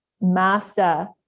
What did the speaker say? master